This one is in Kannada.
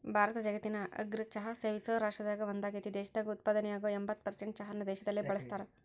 ಭಾರತ ಜಗತ್ತಿನ ಅಗ್ರ ಚಹಾ ಸೇವಿಸೋ ರಾಷ್ಟ್ರದಾಗ ಒಂದಾಗೇತಿ, ದೇಶದಾಗ ಉತ್ಪಾದನೆಯಾಗೋ ಎಂಬತ್ತ್ ಪರ್ಸೆಂಟ್ ಚಹಾನ ದೇಶದಲ್ಲೇ ಬಳಸ್ತಾರ